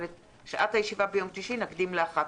אבל את שעת הישיבה ביום שלישי נקדים ל-11:00.